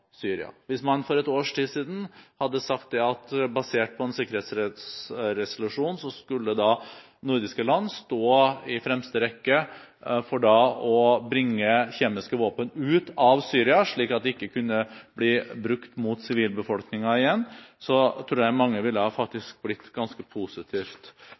Syria. Hvis man for ett års tid siden hadde sagt at de nordiske landene basert på en sikkerhetsresolusjon skulle stå i fremste rekke for å bringe kjemiske våpen ut av Syria, slik at de ikke kunne bli brukt mot sivilbefolkningen igjen, tror jeg mange ville blitt ganske positivt